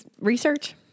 research